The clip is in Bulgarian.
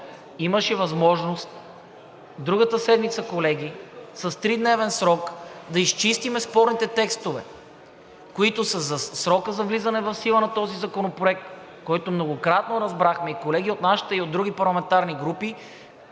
имаше възможност другата седмица, колеги, с тридневен срок да изчистим спорните текстове, които са: срокът за влизане в сила на този законопроект, който многократно разбрахме – и колеги от нашата, и от други парламентарни групи